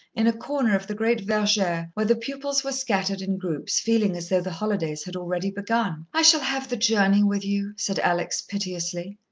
in a corner of the great verger where the pupils were scattered in groups, feeling as though the holidays had already begun. i shall have the journey with you, said alex, piteously.